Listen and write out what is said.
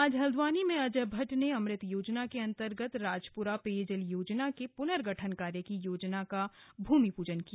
आज हल्द्वानी में सांसद भट्ट ने अमृत योजना के अन्तर्गत राजपुरा पेयजल योजना के पुनर्गठन कार्य की योजना का भूमि पूजन किया